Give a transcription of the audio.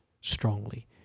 strongly